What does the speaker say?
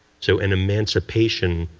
so an emancipation-type